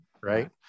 Right